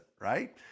right